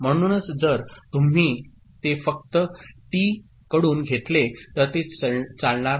म्हणूनच जर तुम्ही ते फक्त टी कडून घेतले तर ते चालणार नाही